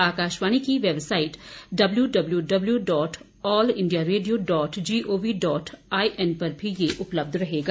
आकाशवाणी की website W W W dot all India radio dot G O V dot I N पर भी यह उपलब्ध रहेगा